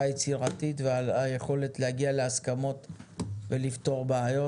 היצירתית ועל היכולת להגיע להסכמות ולפתור בעיות.